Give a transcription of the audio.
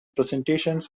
presentations